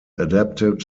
adapted